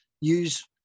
use